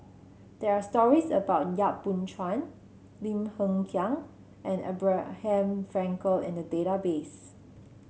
there are stories about Yap Boon Chuan Lim Hng Kiang and Abraham Frankel in the database